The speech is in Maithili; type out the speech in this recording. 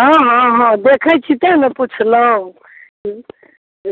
हँ हँ हॅं देखै छी तेँ ने पुछलहुॅं